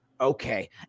okay